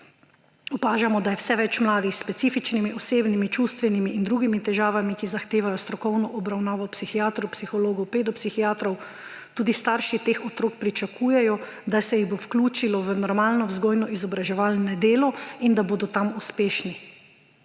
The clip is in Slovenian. Opažamo, da je vse več mladih s specifičnimi, osebnimi, čustvenimi in drugimi težavami, ki zahtevajo strokovno obravnavo psihiatrov, psihologov, pedopsihiatrov. Tudi starši teh otrok pričakujejo, da se jih bo vključilo v normalno vzgojno-izobraževalno delo in da bodo tam uspešni.